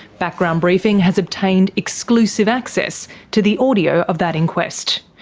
background briefing has obtained exclusive access to the audio of that inquest.